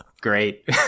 Great